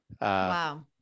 Wow